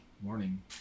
morning